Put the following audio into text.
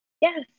Yes